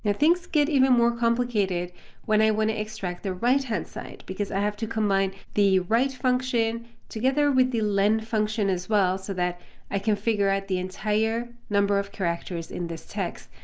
things get even more complicated when i want to extract the right hand side, because i have to combine the right function together with the len function as well so that i can figure out the entire number of characters in this text.